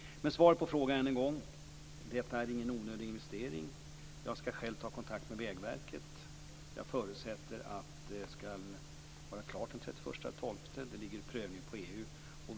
Svaren på frågorna är än en gång: Detta är ingen onödig investering. Jag skall själv ta kontakt med Vägverket. Jag förutsätter att det skall vara klart den 31 december. Det ligger för prövning i EU.